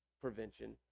prevention